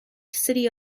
city